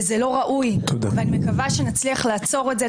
זה לא ראוי, ואני מקווה שנצליח לעצור את זה.